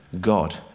God